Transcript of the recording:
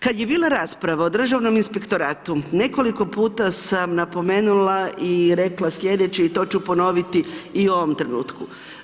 Kada je bila rasprava o Državnom inspektoratu, nekoliko puta sam napomenula i rekla sljedeće i to ću ponoviti i u ovom trenutku.